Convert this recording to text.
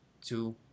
two